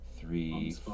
three